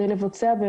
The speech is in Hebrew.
בצורה של רישום מסודר,